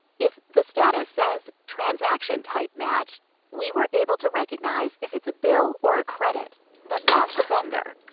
if the status says transaction type matched we were able to recognize if it's a bill or a credit but not the vendor.